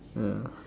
yeah